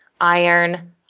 iron